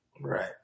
Right